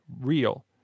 real